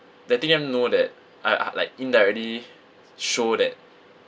letting them know that I I like indirectly show that